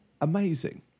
amazing